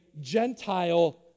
gentile